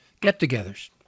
get-togethers